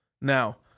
Now